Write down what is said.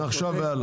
מעכשיו והלאה